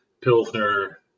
Pilsner